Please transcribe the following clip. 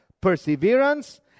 Perseverance